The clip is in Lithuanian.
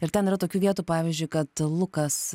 ir ten yra tokių vietų pavyzdžiui kad lukas